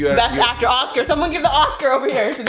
best actor oscar, someone give the oscar over here!